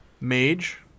mage